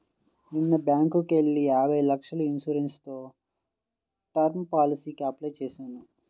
నిన్న బ్యేంకుకెళ్ళి యాభై లక్షల ఇన్సూరెన్స్ తో టర్మ్ పాలసీకి అప్లై చేశాను